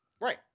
Right